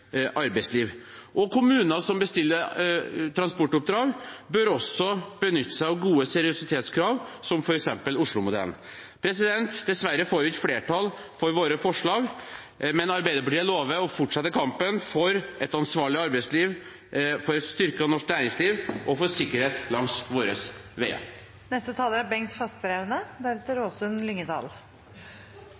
arbeidsliv. Kommuner som bestiller transportoppdrag, bør også benytte seg av gode seriøsitetskrav, som f.eks. Oslo-modellen. Dessverre får vi ikke flertall for våre forslag, men Arbeiderpartiet lover å fortsette kampen for et ansvarlig arbeidsliv, et styrket norsk næringsliv og sikkerhet langs våre veier. Senterpartiet har fremmet en rekke forslag i disse dokumentene. Det er